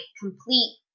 complete